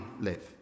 live